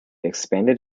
expanded